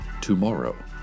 tomorrow